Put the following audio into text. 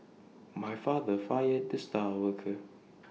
my father fired the star worker